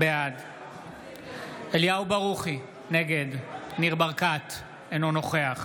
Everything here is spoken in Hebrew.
בעד אליהו ברוכי, נגד ניר ברקת, אינו נוכח